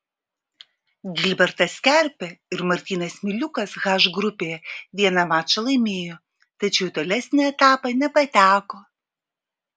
gilbertas kerpė ir martynas miliukas h grupėje vieną mačą laimėjo tačiau į tolesnį etapą nepateko